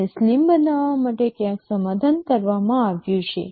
તેને સ્લિમ બનાવવા માટે ક્યાંક સમાધાન કરવામાં આવ્યું છે